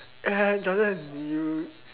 eh Jordan you